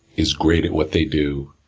is great at what they do,